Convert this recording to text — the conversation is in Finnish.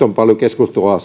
on paljon keskustelua